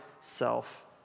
self